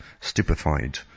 stupefied